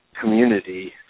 community